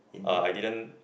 uh I didn't